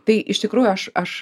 tai iš tikrųjų aš aš